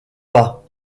pas